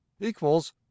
equals